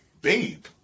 babe